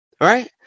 Right